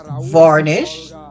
varnish